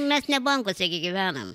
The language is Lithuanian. mes ne bankuose gi gyvenam